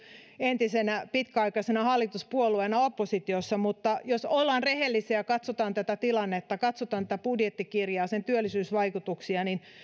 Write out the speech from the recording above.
entisenä pitkäaikaisena hallituspuolueena oppositiossa mutta jos ollaan rehellisiä ja katsotaan tätä tilannetta katsotaan tätä budjettikirjaa ja sen työllisyysvaikutuksia niin